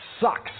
sucks